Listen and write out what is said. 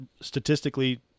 statistically